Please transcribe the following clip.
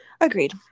Agreed